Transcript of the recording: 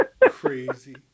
Crazy